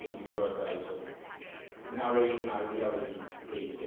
your advice of narrating my reality day